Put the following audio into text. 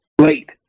Late